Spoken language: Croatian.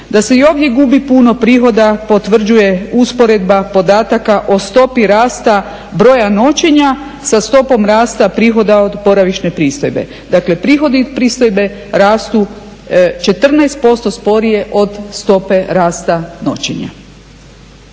Da se i ovdje gubi puno prihoda potvrđuje usporedba podataka o stopi rasta broja noćenja sa stopom rasta prihoda od boravišne pristojbe. Dakle, prihodi pristojbe rastu 14% sporije od stope rasta noćenja.